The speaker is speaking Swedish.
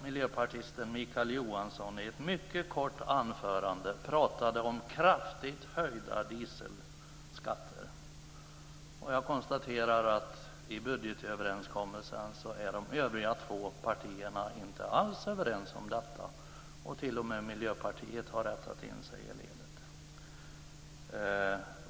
Miljöpartisten Mikael Johansson pratade i ett mycket kort anförande om kraftigt höjda dieselskatter. I budgetöverenskommelsen är de övriga två partierna inte alls överens om detta, och t.o.m. Miljöpartiet har rättat in sig i ledet.